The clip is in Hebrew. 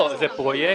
לא, זה פרויקטים.